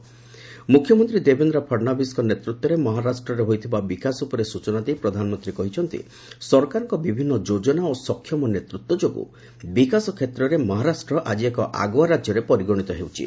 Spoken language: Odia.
ମ୍ରଖ୍ୟମନ୍ତ୍ରୀ ଦେବେନ୍ଦ୍ର ଫଡ୍ନବୀସଙ୍କ ନେତୃତ୍ୱରେ ମହାରାଷ୍ଟ୍ରରେ ହୋଇଥିବା ବିକାଶ ଉପରେ ସୂଚନା ଦେଇ ପ୍ରଧାନମନ୍ତ୍ରୀ କହିଛନ୍ତି ସରକାରଙ୍କର ବିଭିନ୍ନ ଯୋଜନା ଓ ସକ୍ଷମ ନେତୃତ୍ୱ ଯୋଗୁଁ ବିକାଶ କ୍ଷେତ୍ରରେ ମହାରାଷ୍ଟ୍ର ଆଜି ଏକ ଆଗ୍ରଆ ରାଜ୍ୟରେ ପରିଗଣିତ ହେଉଛି